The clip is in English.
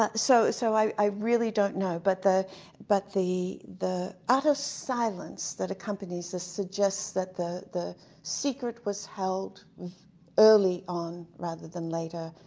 ah so so, i really don't know. but the but the utter silence that accompanies this, suggests that the the secret was held early on, rather than later,